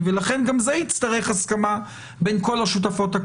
וגם זה יזקיק הסכמה בין כל השותפות.